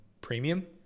premium